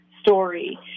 story